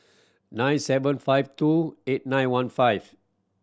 nine seven five two eight nine one five